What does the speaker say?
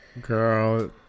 girl